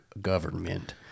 government